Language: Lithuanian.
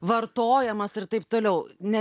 vartojamas ir taip toliau ne